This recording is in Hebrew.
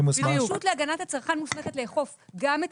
הרשות להגנת הצרכן מוסמכת לאכוף גם את